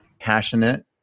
passionate